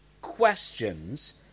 questions